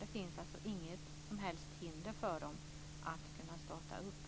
Det finns alltså inget som helst hinder för dem att starta verksamhet.